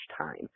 time